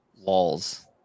walls